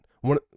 one